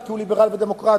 כי הוא ליברל ודמוקרט,